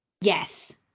Yes